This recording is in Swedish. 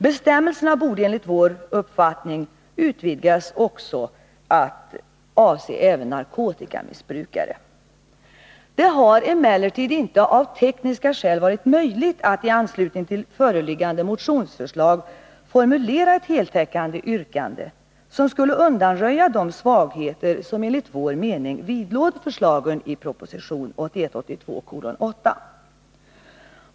Bestämmelserna borde enligt vår uppfattning utvidgas till att även avse narkotikamissbrukare. Det har emellertid av tekniska skäl inte varit möjligt att i anslutning till föreliggande motionsförslag formulera ett heltäckande yrkande som skulle undanröja de svagheter som, enligt vår mening, vidlåder förslagen i proposition 1981/82:8.